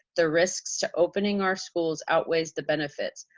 the risks to opening our schools outweighs the benefits.